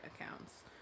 accounts